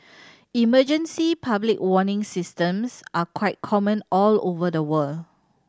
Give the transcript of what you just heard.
emergency public warning systems are quite common all over the world